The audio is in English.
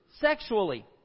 sexually